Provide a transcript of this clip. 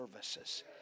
services